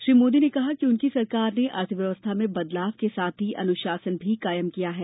श्री मोदी ने कहा कि उनकी सरकार ने अर्थव्यवस्था में बदलाव के साथ ही अनुशासन भी कायम किया है